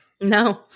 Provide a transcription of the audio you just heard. no